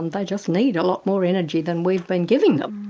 and they just need a lot more energy than we've been giving them.